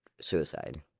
suicide